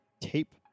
tape